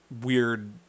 weird